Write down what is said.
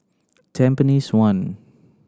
Tampines One